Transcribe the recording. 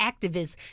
activists